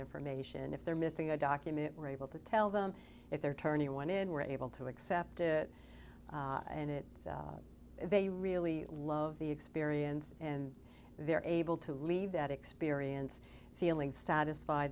information if they're missing a document we're able to tell them if they're turning one in we're able to accept it and it they really love the experience and they're able to leave that experience feeling satisf